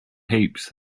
heaps